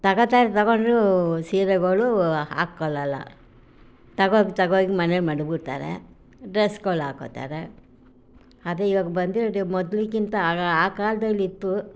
ತಗೊಳ್ತಾರೆ ತಗೊಂಡು ಸೀರೆಗಳು ಹಾಕಳ್ಳೋಲ್ಲ ತಗೊಂಡು ತಗೊಂಡು ಮನೆಗೆ ಮಡ್ಗಿ ಬಿಡ್ತಾರೆ ಡ್ರೆಸ್ಗಳು ಹಾಕೊಳ್ತಾರೆ ಅದೇ ಈವಾಗ ಬಂದಿರೋದೆ ಮೊದ್ಲಿಗಿಂತ ಆಗ ಆ ಕಾಲದಲ್ಲಿತ್ತು